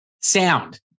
Sound